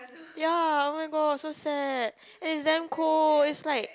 ya oh my god so sad it's damn cold it's like